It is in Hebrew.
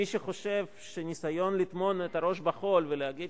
מי שחושב שניסיון לטמון את הראש בחול ולהגיד